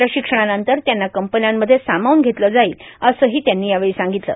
प्रशिक्षणानंतर त्यांना कंपन्यांमध्ये सामावून घेतलं जाईल असं ही त्यांनी यावेळी सांगितलं